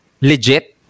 legit